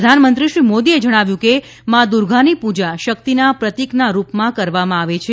પ્રધાનમંત્રી શ્રી મોદીએ જણાવ્યું કે મા દુર્ગાની પૂજા શક્તિના પ્રતીકના રૂપમાં કરવામાં આવે છે